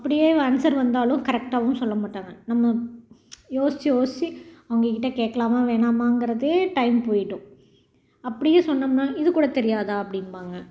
அப்படியே ஆன்சர் வந்தாலும் கரெக்டாகவும் சொல்ல மாட்டாங்க நம்ம யோசிச்சு யோசிச்சு அவங்ககிட்ட கேட்கலாமா வேணாமாங்கிறதே டைம் போயிடும் அப்படியே சொன்னோமுனாலும் இது கூட தெரியாதா அப்படிம்பாங்க